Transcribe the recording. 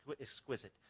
exquisite